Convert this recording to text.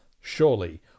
surely